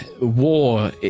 War